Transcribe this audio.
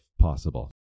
possible